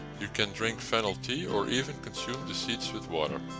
you can drink fennel tea or even consume the seeds with water.